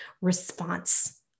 response